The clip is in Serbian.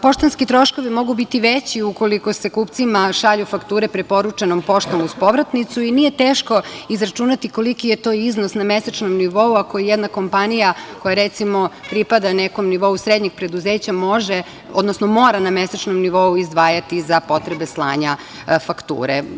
Poštanski troškovi mogu biti veći ukoliko se kupcima šalju fakture preporučenom poštom uz povratnicu i nije teško izračunati koliki je to iznos na mesečnom nivou, a koji jedna kompanija koja, recimo, pripada nekom nivou srednjih preduzeća, može, odnosno mora na mesečnom nivou izdvajati za potrebe slanja fakture.